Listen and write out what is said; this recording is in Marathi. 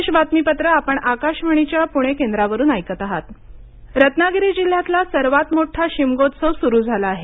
शिमगोत्सव रत्नागिरी जिल्ह्यातला सर्वात मोठा शिमगोत्सव सुरू झाला आहे